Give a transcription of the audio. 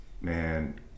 man